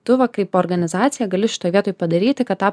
tu va kaip organizacija gali šitoj vietoj padaryti kad tą